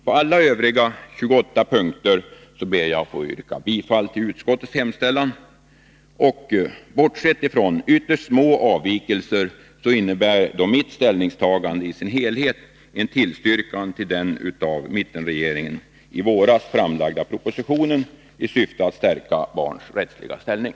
På alla övriga 28 punkter ber jag att få yrka bifall till utskottets hemställan. Bortsett från ytterst små avvikelser innebär mitt ställningstagande i sin helhet en tillstyrkan av den av mittenregeringen i våras framlagda propositionen i syfte att stärka barns rättsliga ställning.